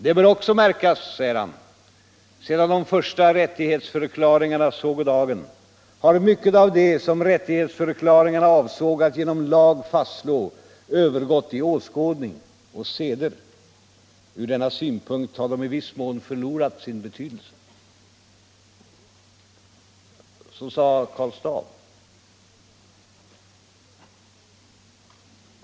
Det bör också märkas, att ——— sedan de första rättighetsförklaringarna sågo dagen, -—-— har mycket av det, som rättighetsförklaringarna avsågo att genom lag fastslå, övergått i åskådning och seder. Ur denna synpunkt ha de i viss mån förlorat sin betydelse.” Så sade Karl Staaff.